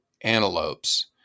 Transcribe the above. antelopes